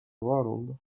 world